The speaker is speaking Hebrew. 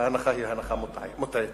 ההנחה היא הנחה מוטעית.